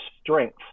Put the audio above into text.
strength